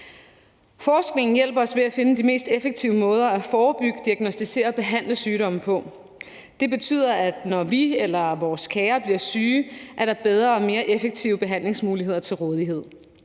Forskningen hjælper os ved at finde de mest effektive måder at forebygge, diagnosticere og behandle sygdomme på. Det betyder, at når vi eller vores kære bliver syge, er der bedre og mere effektive behandlingsmuligheder til rådighed.